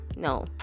no